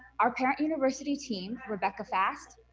our parent university team, rebecca fast,